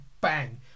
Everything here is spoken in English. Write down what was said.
Bang